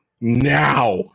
now